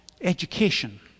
education